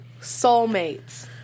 soulmates